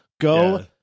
Go